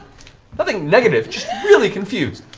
nothing negative, just really confused.